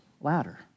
ladder